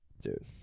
Dude